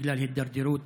בגלל הידרדרות